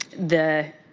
the